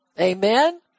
Amen